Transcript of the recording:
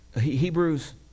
Hebrews